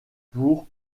pour